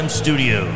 studio